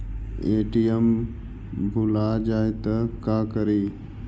ATM भुला जाये त का करि?